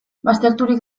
bazterturik